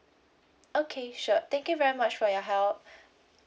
okay sure thank you very much for your help